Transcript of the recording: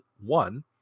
one